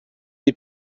dei